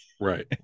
Right